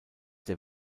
der